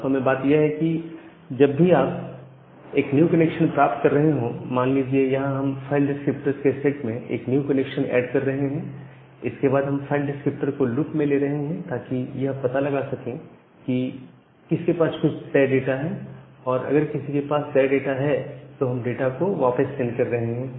वास्तव में बात यह है कि जब भी आप एक न्यू कनेक्शन प्राप्त कर रहे हो मान लीजिए यहां हम फाइल डिस्क्रिप्टर्स के सेट में एक न्यू कनेक्शन ऐड कर रहे हैं और इसके बाद हम फाइल डिस्क्रिप्टर को लुप में ले रहे हैं ताकि यह पता लगा सके कि किसके पास कुछ तय डाटा है और अगर किसी के पास तय डाटा है तो हम डाटा को वापस सेंड कर रहे हैं